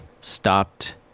stopped